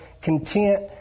Content